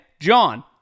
JOHN